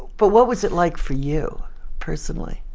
but what was it like for you personally?